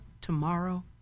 tomorrow